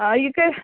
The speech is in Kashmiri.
آ یہِ کٔہۍ